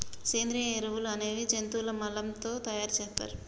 సేంద్రియ ఎరువులు అనేది జంతువుల మలం తో తయార్ సేత్తర్